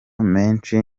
menshi